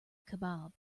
kebab